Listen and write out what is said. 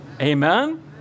amen